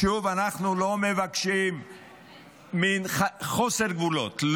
שוב, אנחנו לא מבקשים חוסר גבולות.